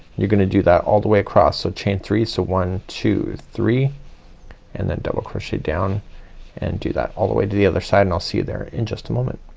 you're gonna do that all the way across. so chain three. so one, two, three and then double crochet down and do that all the way to the other side and i'll see you there in just a moment.